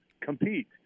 compete